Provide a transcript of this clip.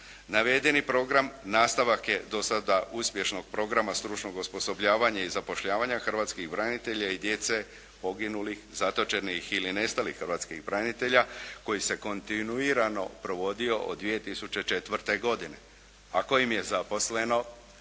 Navedeni program nastavak je do sada uspješnog Programa stručnog osposobljavanja i zapošljavanja hrvatskih branitelja i djece poginulih, zatočenih ili nestalih hrvatskih branitelja koji se kontinuirano provodio od 2004. godine a kojim je zaposleno